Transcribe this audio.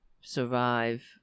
survive